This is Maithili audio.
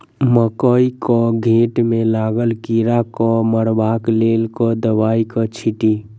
मकई केँ घेँट मे लागल कीड़ा केँ मारबाक लेल केँ दवाई केँ छीटि?